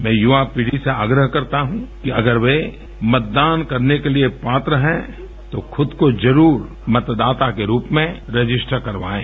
मैं युवा पीढ़ी से आग्रह करता हूँ कि अगर वे मतदान करने के लिए पात्र हैं तो खुद को ज़रूर मतदाता के रूप में रजिस्टर करवाएँ